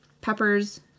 peppers